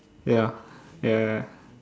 ya ya ya